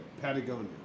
Patagonia